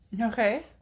okay